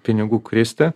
pinigų kristi